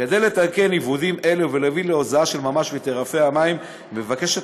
כדי לתקן עיוותים אלה ולהביא להוזלה של ממש בתעריפי המים מבקשת